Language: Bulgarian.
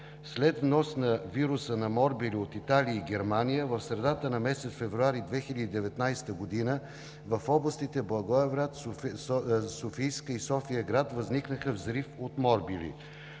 След внос на вируса на морбили от Италия и Германия в средата на месец февруари 2019 г. в областите Благоевград, Софийска и София-град възникна взрив от морбили.